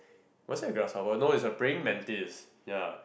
was it a grasshopper no is a praying mantis ya